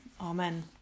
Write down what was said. Amen